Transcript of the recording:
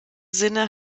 sinne